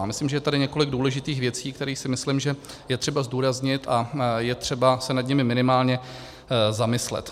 Myslím, že je tady několik důležitých věcí, které, si myslím, je třeba zdůraznit a je třeba se nad nimi minimálně zamyslet.